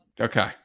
Okay